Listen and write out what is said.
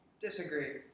Disagree